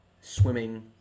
swimming